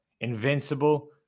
Invincible